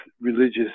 religious